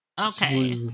Okay